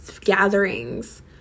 gatherings